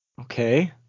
Okay